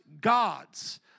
gods